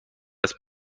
است